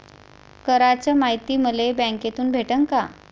कराच मायती मले बँकेतून भेटन का?